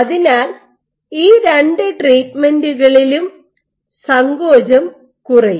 അതിനാൽ ഈ രണ്ട് ട്രീറ്റ്മെന്റുകളിലും സങ്കോചം കുറയും